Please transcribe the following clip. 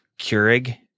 Keurig